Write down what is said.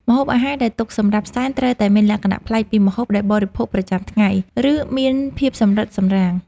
ម្ហូបអាហារដែលទុកសម្រាប់សែនត្រូវតែមានលក្ខណៈប្លែកពីម្ហូបដែលបរិភោគប្រចាំថ្ងៃ ឬមានភាពសម្រិតសម្រាំង។